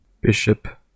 Bishop